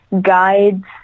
guide's